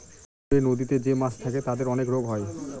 পুকুরে, নদীতে যে মাছ থাকে তাদের অনেক রোগ হয়